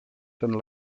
ten